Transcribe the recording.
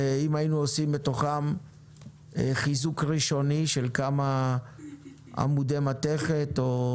ואם היינו עושים בתוכם חיזוק ראשוני של כמה עמודי מתכת או